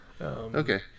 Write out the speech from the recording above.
Okay